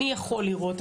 אני יכול לראות,